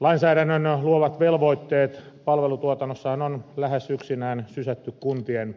lainsäädännön luomat velvoitteet palvelutuotannossahan on lähes yksinään sysätty kuntien